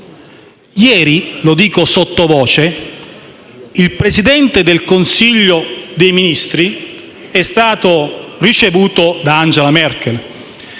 Ieri - lo dico sottovoce - il Presidente del Consiglio dei ministri è stato ricevuto da Angela Merkel